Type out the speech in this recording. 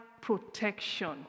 protection